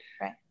Right